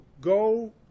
go